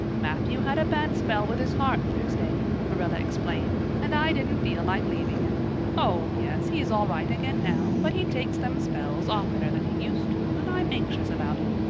matthew had a bad spell with his heart thursday, marilla explained, and i didn't feel like leaving him. oh, yes, he's all right again now, but he takes them spells oftener than he used to and i'm anxious about him.